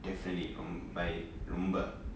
definitely mm by ரொம்ப:romba